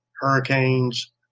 hurricanes